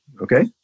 okay